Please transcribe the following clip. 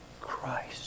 Christ